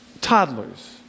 toddlers